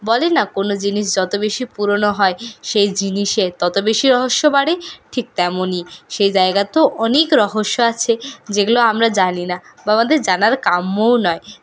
বলে না কোনো জিনিস যতো বেশি পুরোনো হয় সেই জিনিসের তত বেশি রহস্য বাড়ে ঠিক তেমনিই সেই জায়গায তো অনেক রহস্য আছে যেগুলো আমরা জানি না বা আমাদের জানার কাম্যও নয়